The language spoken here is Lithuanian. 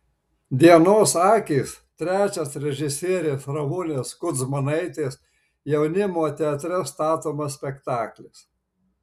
dienos akys trečias režisierės ramunės kudzmanaitės jaunimo teatre statomas spektaklis